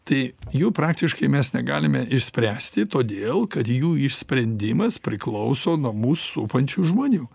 tai jų praktiškai mes negalime išspręsti todėl kad jų išsprendimas priklauso nuo mus supančių žmonių